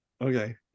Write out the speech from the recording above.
Okay